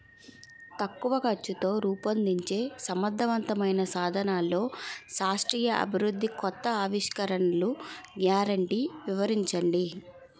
తక్కువ ఖర్చుతో రూపొందించే సమర్థవంతమైన సాధనాల్లో శాస్త్రీయ అభివృద్ధి కొత్త ఆవిష్కరణలు గ్యారంటీ వివరించండి?